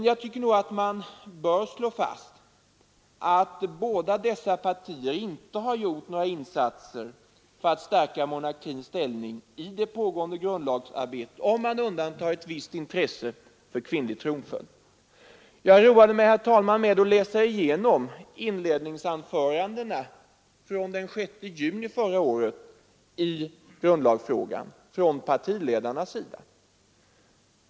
Jag tycker att man bör slå fast att varken folkpartiet eller centerpartiet under det pågående grundlagsarbetet har gjort några insatser för att stärka monarkins ställning, om man undantar ett visst intresse för kvinnlig tronföljd. Jag har, herr talman, roat mig med att läsa igenom partiledarnas inledningsanföranden i grundlagsfrågan från debatten den 6 juni förra året.